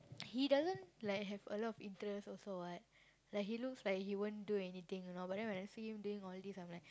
he doesn't like have a lot of interest also [what] like he looks like he won't do anything you know but then when I see him doing all this I'm like